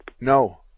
No